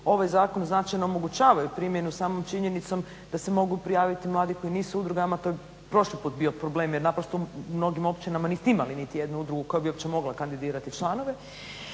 ovaj zakon značajno omogućavaju primjenu samom činjenicom da se mogu prijaviti mladi koji nisu u udrugama, to je prošli put bio problem jer naprosto u mnogim općinama niste imali nijednu udrugu koja bi uopće mogla kandidirati članove.